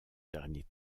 dernier